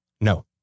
No